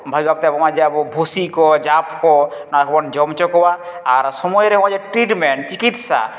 ᱵᱷᱟᱹᱜᱤ ᱵᱷᱟᱵᱽᱛᱮ ᱟᱵᱚᱢᱟ ᱟᱵᱚ ᱵᱷᱩᱥᱤ ᱠᱚ ᱡᱟᱵ ᱠᱚ ᱚᱱᱟ ᱠᱚᱵᱚᱱ ᱡᱚᱢ ᱦᱚᱪᱚ ᱠᱚᱣᱟ ᱟᱨ ᱥᱚᱢᱚᱭᱨᱮ ᱱᱚᱜᱼᱚᱭ ᱡᱮ ᱴᱨᱤᱴᱢᱮᱱᱴ ᱪᱤᱠᱤᱥᱥᱟ